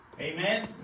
Amen